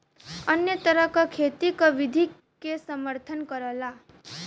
अन्य तरह क खेती क विधि के समर्थन करला